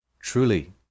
Truly